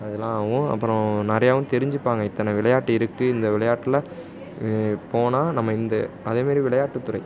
அதுலாம் ஆகும் அப்பறம் நிறையாவும் தெரிஞ்சுப்பாங்க இத்தனை விளையாட்டு இருக்குது இந்த விளையாட்டில் போனால் நம்ம இந்த அதேமாரி விளையாட்டுத்துறை